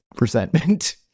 resentment